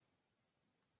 ba